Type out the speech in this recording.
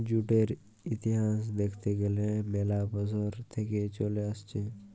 জুটের ইতিহাস দ্যাখতে গ্যালে ম্যালা বসর থেক্যে চলে আসছে